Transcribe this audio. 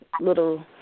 little